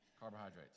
carbohydrates